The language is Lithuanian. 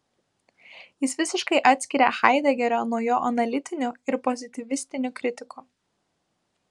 jis visiškai atskiria haidegerio nuo jo analitinių ir pozityvistinių kritikų